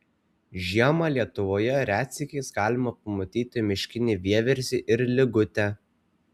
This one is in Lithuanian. žiemą lietuvoje retsykiais galima pamatyti miškinį vieversį ir ligutę